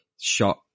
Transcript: shot